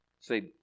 Say